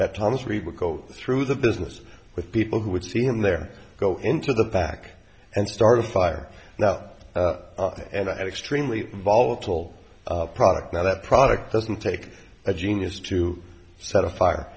that thomas reed would go through the business with people who would see him there go into the back and start a fire now and i had extremely volatile product now that product doesn't take a genius to set a fire